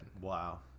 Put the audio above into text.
Wow